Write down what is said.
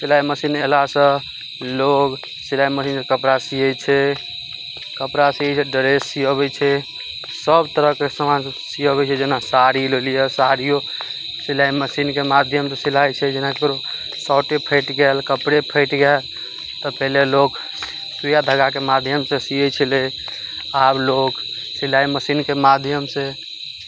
सिलाइ मशीन अयलासॅं लोग सिलाइ मशीनके कपड़ा सियै छै कपड़ा सीयै छै ड्रेस सी अबै छै सब तरहके समान सीअबै छै जेना साड़ी लेलियै साड़ियो सिलाइ मशीनके माध्यमसँ सिलाइ छै जेना ककरो शॉर्टे फैट गैल कपड़े फैट गैल तऽ पहिले लोक सुइया धगाके माध्यमसँ सियै छलै आब लोक सिलाइ मशीनके माध्यम सऽ